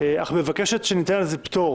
אך מבקשת שניתן לזה פטור